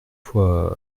fois